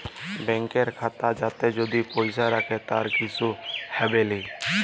ব্যাংকের খাতা যাতে যদি পয়সা রাখে তার কিসু হবেলি